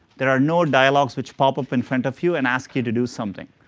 there are no dialogues which pop up in front of you and ask you to do something.